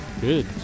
good